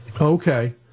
Okay